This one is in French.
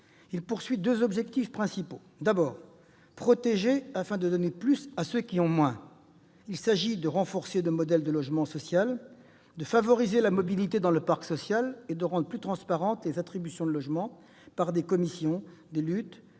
vise deux objectifs principaux. Le premier est de protéger afin de donner plus à ceux qui ont moins. Il s'agit de renforcer le modèle du logement social, de favoriser la mobilité dans le parc social et de rendre plus transparentes les attributions de logements par les commissions, de lutter